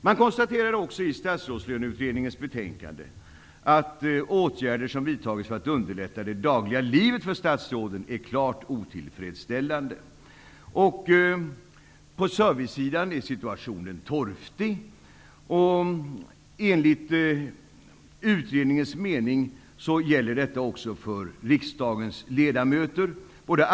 Man konstaterar också i Statsrådslöneutredningens betänkande att åtgärder som vidtagits för att underlätta det dagliga livet för statsråden är klart otillfredsställande. På servicesidan är situationen torftig. Enligt utredningens mening gäller detta också för riksdagens ledamöter.